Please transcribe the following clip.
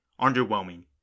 underwhelming